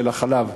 של החלב,